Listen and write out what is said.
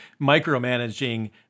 micromanaging